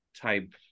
type